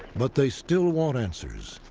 but they still want answers.